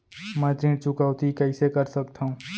मैं ऋण चुकौती कइसे कर सकथव?